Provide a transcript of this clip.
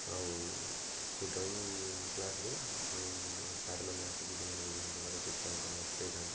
ଆଉ ସେ drawing class ରେ ସାର୍ ମାନେ ଆସିକି ସେମାନେ ବିଭିନ୍ନ ପ୍ରକାର ଚିତ୍ରାଙ୍କନ ଶିଖେଇଥାନ୍ତି